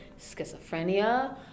schizophrenia